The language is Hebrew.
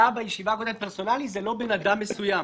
עלה בישיבה הקודמת שפרסונלי זה לא בן אדם מסוים.